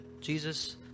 Jesus